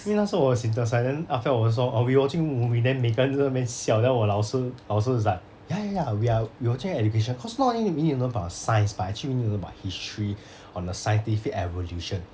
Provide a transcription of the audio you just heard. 因为那时候我 synthesise then after that 我是说 oh we watching movie then 每个人在那边笑 then 我老师我老师 is like ya ya ya we are we watching education cause not only need to know about science but actually we need to know about history on the scientific evolution